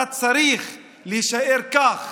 אתה צריך להישאר כך.